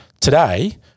today